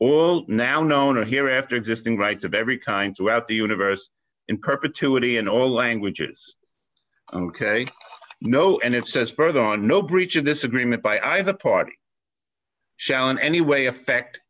or now known are here after existing rights of every kind throughout the universe in perpetuity in all languages ok no and it says further no breach of this agreement by either party shall in any way affect